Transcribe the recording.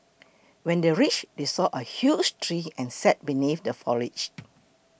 when they reached they saw a huge tree and sat beneath the foliage